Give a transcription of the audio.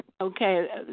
Okay